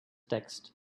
text